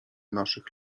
naszych